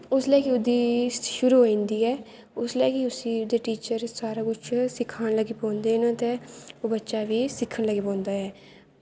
उसलै गै ओह्दी शुरू होई जंदी ऐ उसलै गै उसदे टीचर उस्सी सारा कुछ सखान लग्गी पौंदे न ते बच्चा बी सिक्खन लग्गी पौंदा ऐ